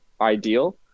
ideal